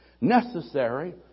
necessary